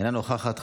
אינה נוכחת,